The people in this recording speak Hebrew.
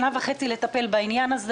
שנה וחצי לטפל בעניין הזה?